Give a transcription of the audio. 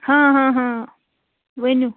ہاں ہاں ہاں ؤنِو